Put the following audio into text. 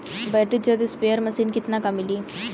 Battery चलत sprayer machine कितना क मिली?